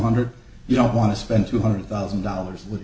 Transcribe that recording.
hundred you don't want to spend two hundred thousand dollars a